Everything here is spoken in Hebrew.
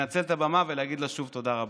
ננצל את הבמה ונגיד לה שוב תודה רבה.